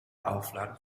aufladen